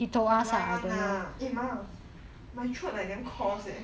he lie [one] lah eh ma my throat like damn course eh